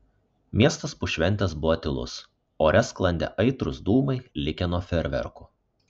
miestas po šventės buvo tylus ore sklandė aitrūs dūmai likę nuo fejerverkų